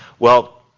well,